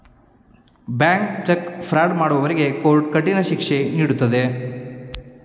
bank cheque fraud ಮಾಡುವವರಿಗೆ court ಕಠಿಣ ಶಿಕ್ಷೆ ನೀಡುತ್ತದೆ